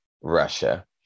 Russia